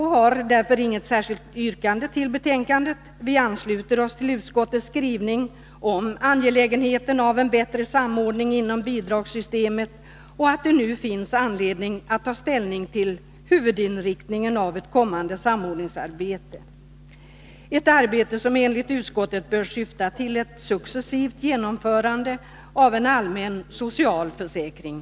Vpk har därför inget särskilt yrkande till betänkandet, utan vi ansluter oss till utskottets skrivning om angelägenheten av en bättre samordning inom bidragssystemet och uppfattningen att det nu finns anledning att ta ställning till huvudinriktningen hos kommande samordningsarbete— ett arbete som enligt utskottet bör syfta till ett successivt genomförande av en allmän socialförsäkring.